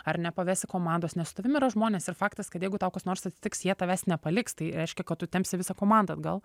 ar nepavesi komandos ne su tavim yra žmonės ir faktas kad jeigu tau kas nors atsitiks jie tavęs nepaliks tai reiškia kad tu tempsi visą komandą atgal